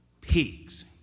pigs